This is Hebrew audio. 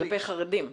כלפי חרדים.